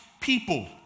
people